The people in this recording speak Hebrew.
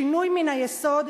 שינוי מן היסוד,